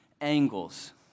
angles